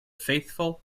faithful